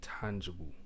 tangible